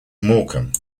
morecambe